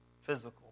physical